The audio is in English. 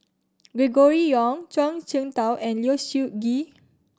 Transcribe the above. Gregory Yong Zhuang Shengtao and Low Siew Nghee